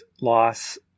loss